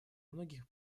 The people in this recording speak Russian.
многих